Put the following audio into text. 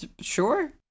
sure